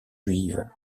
juive